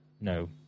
No